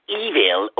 evil